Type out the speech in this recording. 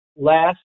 Last